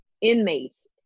inmates